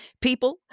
People